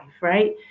right